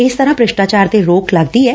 ਇਸ ਤਰ੍ਾਂ ਭ੍ਰਿਸ਼ਟਾਚਾਰ ਤੇ ਰੋਕ ਲੱਗਦੀ ਐ